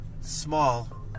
small